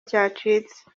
cyacitse